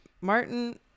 Martin